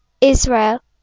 Israel